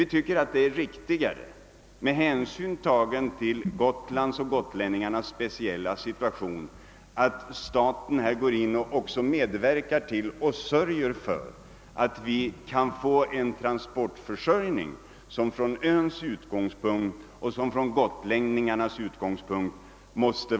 Vi tycker det är riktigare med hänsyn till Gotland och gotlänningarnas speciella situation att staten medverkar till att transportförsörjningen blir så bra som möjligt ur öns och gotlänningarnas synpunkt.